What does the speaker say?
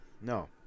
no